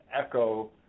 echo